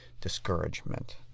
discouragement